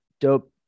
dope